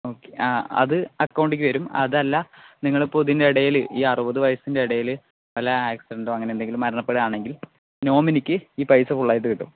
okay അത് അക്കൌണ്ടേയ്ക്ക് വരും അതല്ല നിങ്ങളിപ്പോൾ ഇതിൻ്റെ ഇടയിൽ അറുപത് വയസ്സിൻ്റെ ഇടയിൽ വല്ല ആക്സിഡന്റോ അങ്ങനെ എന്തേലും മരണപ്പെടുവാണെങ്കിൽ നോമിനിക്ക് ഈ പൈസ ഫുൾ ആയിട്ട് കിട്ടും